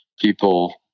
people